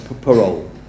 parole